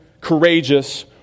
courageous